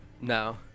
No